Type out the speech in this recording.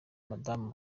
madamu